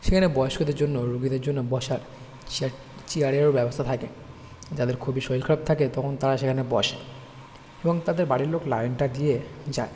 সেখানে বয়স্কদের জন্য রুগীদের জন্য বসার চেয়ার চিয়ারেরও ব্যবস্থা থাকে যাদের খুবই শরীর খারাপ থাকে তখন তারা সেখানে বসে এবং তাদের বাড়ির লোক লাইনটা দিয়ে যায়